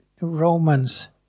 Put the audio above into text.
Romans